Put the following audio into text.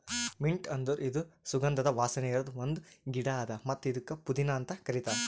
mint ಅಂದುರ್ ಇದು ಸುಗಂಧದ ವಾಸನೆ ಇರದ್ ಒಂದ್ ಗಿಡ ಅದಾ ಮತ್ತ ಇದುಕ್ ಪುದೀನಾ ಅಂತ್ ಕರಿತಾರ್